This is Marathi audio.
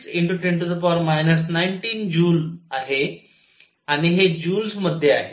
6 × 10 19 जूल आहे आणि हे जूल्स मध्ये आहे